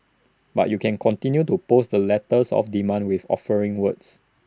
but you can continued to post the letters of demand with offering words